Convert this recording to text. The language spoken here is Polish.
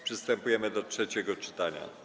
Przystępujemy do trzeciego czytania.